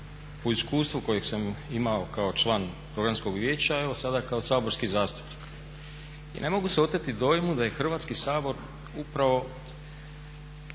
o iskustvu kojeg sam imao kao član Programskog vijeća, evo sada kao saborski zastupnik. I ne mogu se oteti dojmu da je Hrvatski sabor upravo